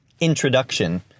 Introduction